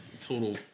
total